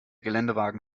geländewagen